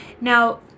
Now